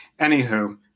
Anywho